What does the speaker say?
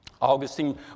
Augustine